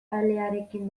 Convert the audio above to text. alearekin